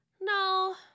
No